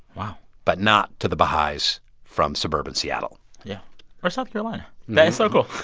wow but not to the baha'is from suburban seattle yeah or south carolina. that is like ah